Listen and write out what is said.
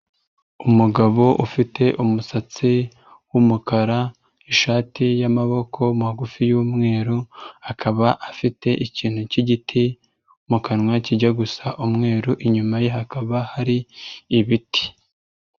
Umugabo ufite umusatsi w'umukara ishati y'amaboko magufi y'umweru, akaba afite ikintu cy'igiti mu kanwa kijya gusa umweru, inyuma ye hakaba hari ibiti.